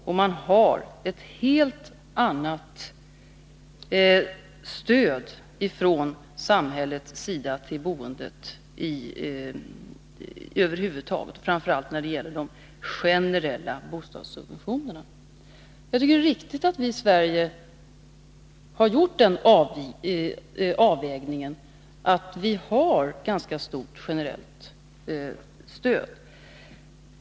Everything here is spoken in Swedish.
I Sverige ger vi ett helt annat stöd från samhällets sida till boendet. Framför allt gäller detta de generella bostadssubventionerna. Jag tycker att det är riktigt att vi i Sverige har gjort den avvägningen att vi har ett ganska kraftigt generellt stöd.